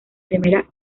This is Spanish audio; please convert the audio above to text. primera